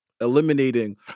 eliminating